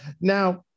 Now